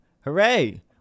Hooray